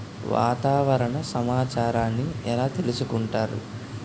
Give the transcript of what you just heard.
వాతావరణ సమాచారాన్ని ఎలా తెలుసుకుంటారు?